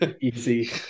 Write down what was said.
Easy